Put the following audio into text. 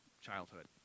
childhood